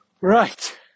Right